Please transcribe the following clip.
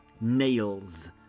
nails